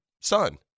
son